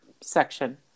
section